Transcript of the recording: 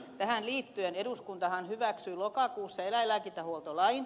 tähän liittyen eduskuntahan hyväksyi lokakuussa eläinlääkintähuoltolain